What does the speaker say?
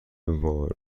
وراج